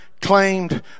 claimed